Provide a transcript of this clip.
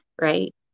Right